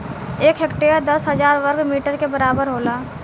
एक हेक्टेयर दस हजार वर्ग मीटर के बराबर होला